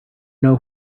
know